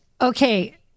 okay